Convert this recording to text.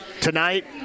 tonight